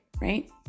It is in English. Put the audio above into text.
Right